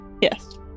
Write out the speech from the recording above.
yes